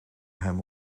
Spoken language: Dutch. hem